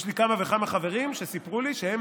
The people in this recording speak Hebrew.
יש לי כמה וכמה חברים שסיפרו לי שהם